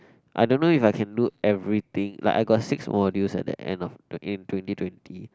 I don't know if I can do everything like I got six modules at the end of the in twenty twenty